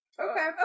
Okay